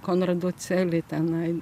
konrado celė tenai